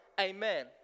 Amen